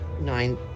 Nine